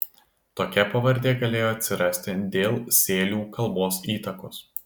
tokia pavardė galėjo atsirasti dėl sėlių kalbos įtakos